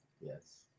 Yes